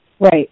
right